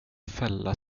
fälla